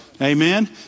Amen